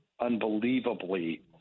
Unbelievably